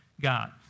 God